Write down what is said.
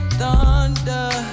thunder